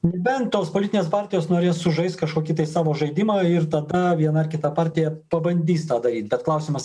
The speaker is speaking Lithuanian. nebent tos politinės partijos norės sužaist kažkokį tai savo žaidimą ir tada viena ar kita partija pabandys tą daryt bet klausimas